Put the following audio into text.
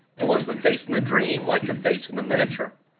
and was the face in the dream like the face in the miniature?